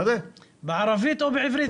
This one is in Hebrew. בעברית.